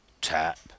tap